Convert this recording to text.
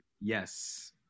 Yes